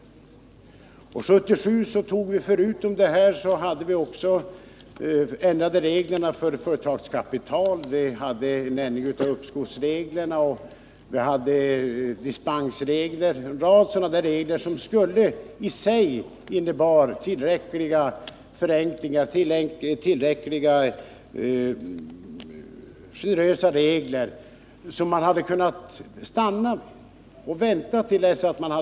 1977 ändrades förutom denna regel också regler för AB Företagskapital, med utvidgade lånemöjligheter, uppskov och dispenser. Det var en rad ändrade regler, som i sig innebar tillräckliga förbättringar och som man hade kunnat stanna vid.